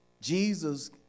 Jesus